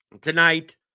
tonight